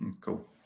Cool